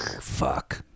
Fuck